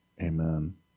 Amen